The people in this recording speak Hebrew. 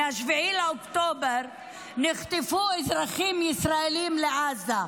ב-7 באוקטובר נחטפו אזרחים ישראלים לעזה.